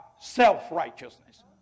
self-righteousness